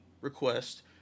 request